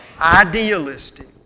idealistic